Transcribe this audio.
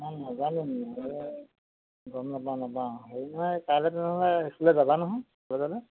অঁ নাজানো মই গম নাপাওঁ নাপাওঁ হেৰি নাই কাইলৈ তেনেহ'লে স্কুললৈ যাবা নহয় স্কুললৈ